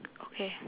okay